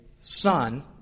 Son